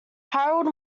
harold